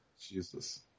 Jesus